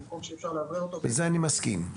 עם זה אני מסכים.